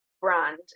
brand